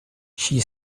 she